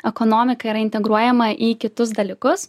ekonomika yra integruojama į kitus dalykus